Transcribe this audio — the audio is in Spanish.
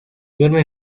duerme